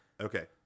okay